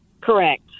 Correct